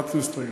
חברת הכנסת רגב.